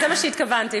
זה מה שכתוב לי.